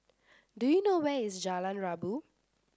do you know where is Jalan Rabu